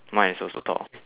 mine is also tall